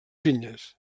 vinyes